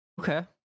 Okay